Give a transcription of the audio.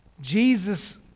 Jesus